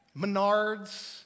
Menards